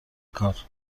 کار